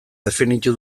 definitu